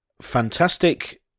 fantastic